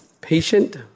patient